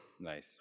nice